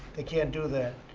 they can't do that.